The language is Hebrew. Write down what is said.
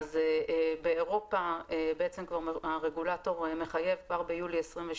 באירופה בעצם הרגולטור מחייב כבר ביולי 2022